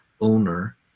owner